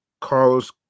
Carlos